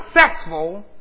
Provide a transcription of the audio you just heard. successful